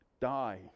Die